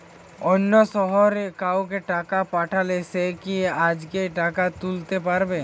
অন্য শহরের কাউকে টাকা পাঠালে সে কি আজকেই টাকা তুলতে পারবে?